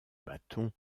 bâton